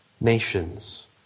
nations